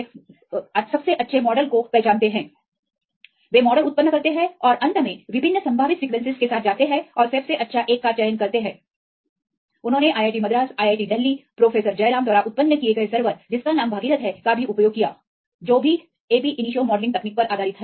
और अपने अज्ञात मामलों के लिए छोटे के लिए वे मॉडलिंग करते हैं और फिर अंत में वे मॉडल उत्पन्न करते हैं और अंत में विभिन्न संभावित सीक्वेंसेस के साथ जाते हैं और सबसे अच्छा एक का चयन करते हैं उन्होंने IIT Madras IIT Delhi professor Jayaram द्वारा उत्पन्न किए गए सर्वर जिसका नाम भागीरथ है का भी उपयोग किया जो भी ab initio मॉडलिंग तकनीक पर आधारित है